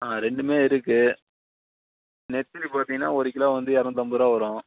ஆ ரெண்டுமே இருக்குது நெத்திலி பார்த்தீங்கன்னா ஒரு கிலோ வந்து இரநூத்தம்பது ரூபா வரும்